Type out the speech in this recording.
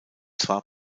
zwar